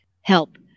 help